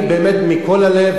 אני באמת אשמח מכל הלב